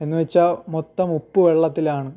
എന്നു വച്ചാൽ മൊത്തം ഉപ്പ് വെള്ളത്തിലാണ്